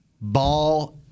ball